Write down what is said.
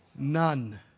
None